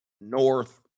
north